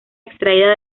extraída